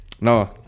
No